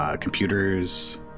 Computers